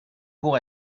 pour